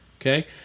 Okay